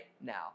now